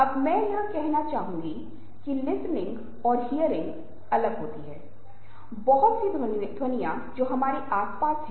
तो एक तरह से संचार जीवन के सभी पहलुओं में बहुत महत्वपूर्ण भूमिका निभा रहा है